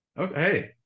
Okay